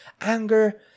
Anger